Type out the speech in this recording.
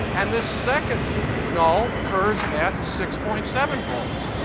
and this second null occurs at six point seven volts.